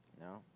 no